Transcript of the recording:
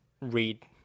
read